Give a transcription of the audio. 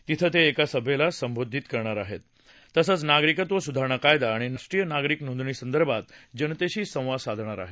तिथं ते एका सभेला संबोधित करतील तसंच नागरिकत्व सुधारणा कायदा आणि राष्ट्रीय नागरिक नोंदणी संदर्भात जनतेशी संवाद साधतील